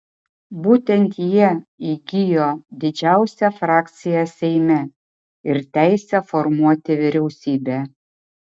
būtent jie įgijo didžiausią frakciją seime ir teisę formuoti vyriausybę